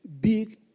big